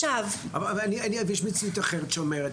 אבל יש מציאות אחרת שאומרת,